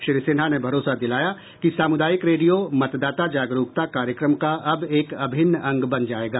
श्री सिन्हा ने भरोसा दिलाया कि सामुदायिक रेडियो मतदाता जागरूकता कार्यक्रम का अब एक अभिन्न अंग बन जाएगा